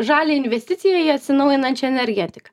žalią investiciją į atsinaujinančią energetiką